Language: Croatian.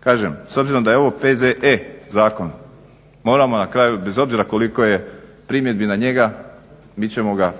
kažem, s obzirom da je ovo P.Z.E. Zakon, moramo na kraju, bez obzira koliko je primjedbi na njega, mi ćemo ga